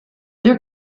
there